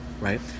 right